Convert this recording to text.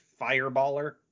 fireballer